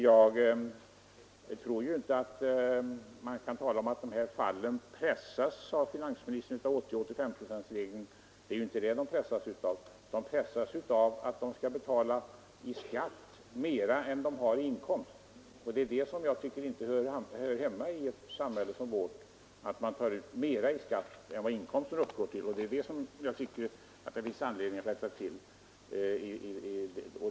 Jag tror inte att de här nämnda fallen pressas av 80—85-procentsregeln. Det är inte den de pressas av utan av att vara tvungna att betala mer i skatt än de har i inkomst. Det är detta jag inte tycker hör hemma i ett samhälle som vårt — att ta ut mer i skatt än vad inkomsten uppgår till — detta finns det anledning att rätta till.